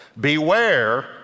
Beware